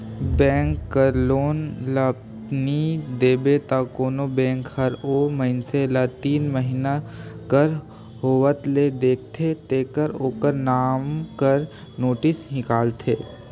bank कर loan ल नी देबे त कोनो बेंक हर ओ मइनसे ल तीन महिना कर होवत ले देखथे तेकर ओकर नांव कर नोटिस हिंकालथे